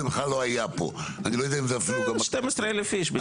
זה בכלל לא היה פה אני לא יודע אם זה אפילו גם -- 12 אלף איש.